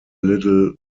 little